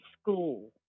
school